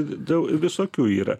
dau visokių yra